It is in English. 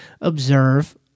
observe